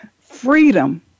freedom